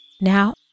Now